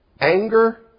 Anger